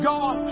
God